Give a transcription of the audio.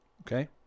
Okay